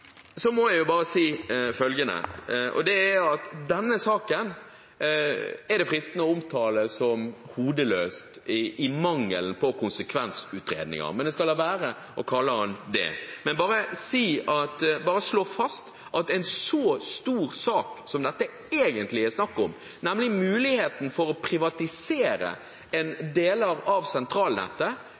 må jeg si følgende: Denne saken er det fristende å omtale som hodeløs – i mangelen på konsekvensutredninger. Jeg skal la være å kalle den det, men bare slå fast at dette egentlig er snakk om en stor sak, nemlig muligheten for å privatisere deler av sentralnettet,